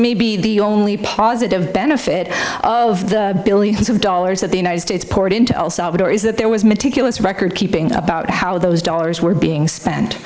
may be the only positive benefit of the billions of dollars that the united states poured into el salvador is that there was meticulous record keeping about how those dollars were being spent